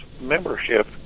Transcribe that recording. membership